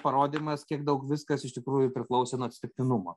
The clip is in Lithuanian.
parodymas kiek daug viskas iš tikrųjų priklausė nuo atsitiktinumo